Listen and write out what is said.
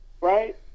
right